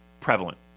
prevalent